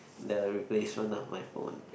the replacement of my phone